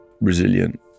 resilient